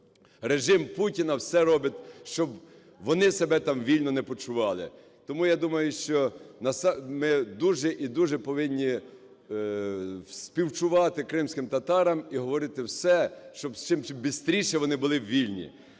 режим Путіна все робить, щоб вони себе там вільно не почували. Тому, я думаю, що ми дуже і дуже повинні співчувати кримським татарам і говорити все, щоб чимбистріше вони були вільні.